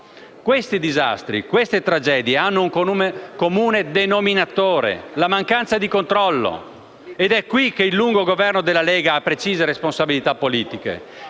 Questi disastri, queste tragedie hanno un comune denominatore: la mancanza di controllo ed è a questo proposito che il lungo governo della Lega Nord ha precise responsabilità politiche,